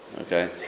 Okay